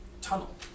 tunnel